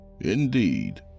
Indeed